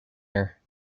here